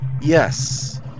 Yes